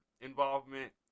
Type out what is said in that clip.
involvement